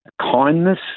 kindness